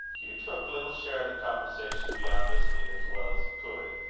hugh took little share in the conversation beyond listening as well as he could,